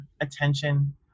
attention